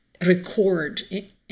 record